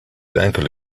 ankle